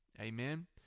Amen